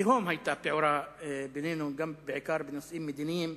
תהום היתה פעורה בינינו, בעיקר בנושאים מדיניים,